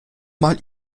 mal